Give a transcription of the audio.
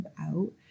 out